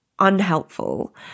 unhelpful